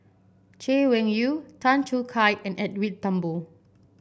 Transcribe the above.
Chay Weng Yew Tan Choo Kai and Edwin Thumboo